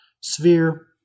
sphere